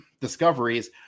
discoveries